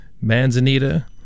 Manzanita